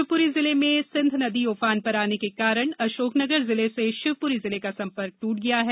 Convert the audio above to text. शिवपुरी जिले में सिंध नदी उफान पर आने के कारण अशोकनगर जिले से शिवपुरी जिले का संपर्क टूट गया है